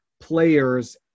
players